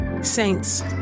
Saints